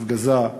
בהפגזה,